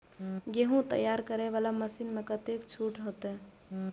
गेहूं तैयारी करे वाला मशीन में कतेक छूट होते?